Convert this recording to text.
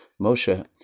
Moshe